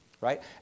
right